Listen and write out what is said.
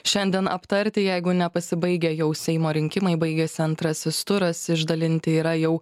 šiandien aptarti jeigu ne pasibaigę jau seimo rinkimai baigėsi antrasis turas išdalinti yra jau